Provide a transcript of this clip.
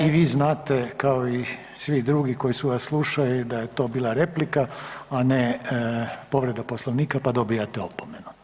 I vi znate kao i svi drugi koji su vas slušali da je to bila replika a ne povreda Poslovnika pa dobivate opomenu.